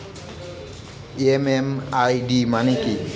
MMID মানে কি?